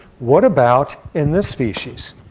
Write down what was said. what about in this species?